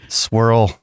swirl